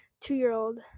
two-year-old